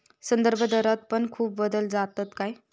संदर्भदरात पण खूप बदल जातत काय?